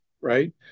right